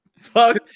Fuck